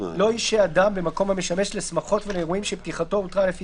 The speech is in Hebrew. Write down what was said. לא ישהה אדם במקום המשמש לשמחות ולאירועים שפתיחתו הותרה לפי